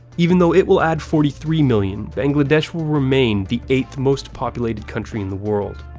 even though it will add forty three million, bangladesh will remain the eighth most-populated country in the world.